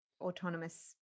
autonomous